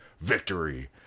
victory